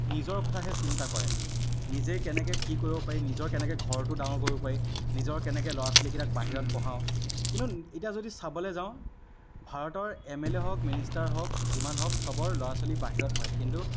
নিজৰ কথাহে চিন্তা কৰে নিজে কেনেকৈ কি কৰিব পাৰি নিজৰ কেনেকৈ ঘৰটো ডাঙৰ কৰিব পাৰি নিজৰ কেনেকৈ ল'ৰা ছোৱালীকেইটাক বাহিৰত পঢ়াও কিন্তু এতিয়া যদি চাবলৈ যাওঁ ভাৰতৰ এম এল এ হওক মিনিষ্টাৰ হওক যিমান হওক চবৰে ল'ৰা ছোৱালী বাহিৰত পঢ়ে কিন্তু